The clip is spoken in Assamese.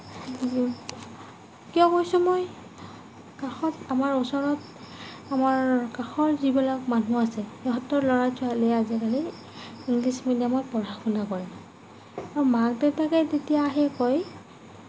কিয় কৈছোঁ মই কাষত আমাৰ ওচৰত আমাৰ কাষৰ যিবিলাক মানুহ আছে সিহঁতৰ ল'ৰা ছোৱালীয়ে আজিকালি ইংলিছ মিডিয়ামত পঢ়া শুনা কৰে মাক দেউতাকে তেতিয়া আহি কয়